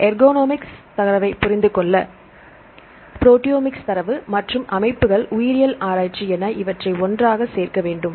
ergonomics தரவைப் புரிந்துகொள்ள proteomic தரவு மற்றும் அமைப்புகள் உயிரியல் ஆராய்ச்சி என இவற்றை ஒன்றாக சேர்க்க வேண்டும்